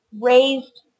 raised